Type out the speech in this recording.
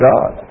God